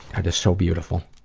and so beautiful.